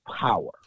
power